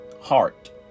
heart